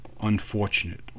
unfortunate